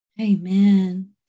Amen